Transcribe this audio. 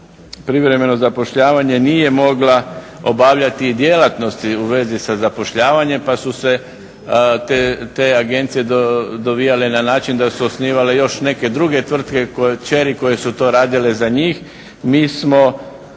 privremeno zapošljavanje nije mogla obavljati i djelatnosti u vezi sa zapošljavanjem pa su se te agencije dovijale na način da su osnivale još neke druge tvrtke kćeri koje su to radile za njih.